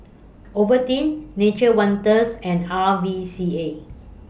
Ovaltine Nature's Wonders and R V C A